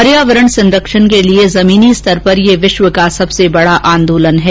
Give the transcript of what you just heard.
पर्यावरण संरक्षण के लिए जमीनी स्तर पर यह विश्व का सबसे बड़ा आन्दोलन है